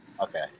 Okay